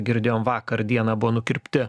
girdėjom vakar dieną buvo nukirpti